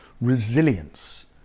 resilience